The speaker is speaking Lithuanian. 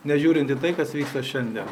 nežiūrint į tai kas vyksta šiandie